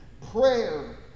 Prayer